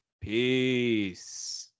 Peace